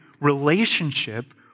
relationship